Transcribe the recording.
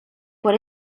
por